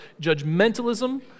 judgmentalism